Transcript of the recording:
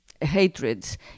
hatreds